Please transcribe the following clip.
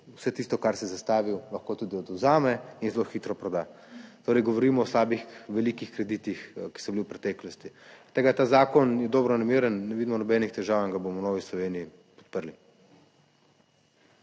vse tisto, kar si zastavil, lahko tudi odvzame in zelo hitro proda. Torej govorimo o slabih, velikih kreditih, ki so bili v preteklosti. Zaradi tega ta zakon je dobronameren, ne vidimo nobenih težav in ga bomo v Novi Sloveniji podprli.